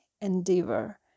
endeavor